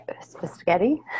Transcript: spaghetti